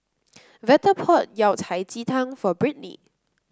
Veta bought Yao Cai Ji Tang for Brittney